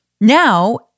Now